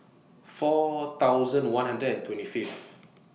four thousand one hundred and twenty Fifth